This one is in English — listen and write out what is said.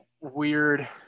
weird